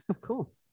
cool